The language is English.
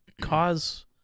cause